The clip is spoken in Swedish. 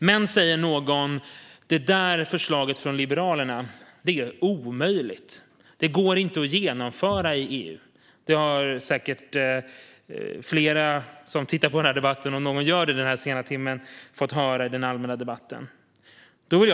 Men, säger någon, förslaget från Liberalerna är omöjligt. Det går inte att genomföra i EU. Det har säkert flera som tittar på den här debatten - om någon gör det i denna sena timme - fått höra i den allmänna debatten. Fru talman!